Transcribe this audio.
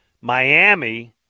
Miami